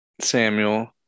Samuel